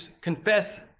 confess